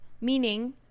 Meaning